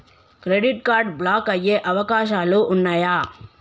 Credit card block అయ్యే అవకాశాలు ఉన్నయా?